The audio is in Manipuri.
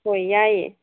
ꯍꯣꯏ ꯌꯥꯏꯌꯦ